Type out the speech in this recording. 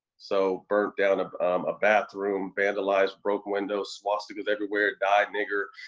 so, burnt down a ah bathroom, vandalized, broken windows, swastikas everywhere, die, nigger.